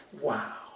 Wow